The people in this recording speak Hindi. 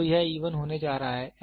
तो यह e 1 होने जा रहा है